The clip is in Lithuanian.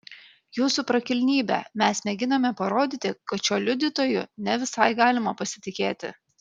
jūsų prakilnybe mes mėginame parodyti kad šiuo liudytoju ne visai galima pasitikėti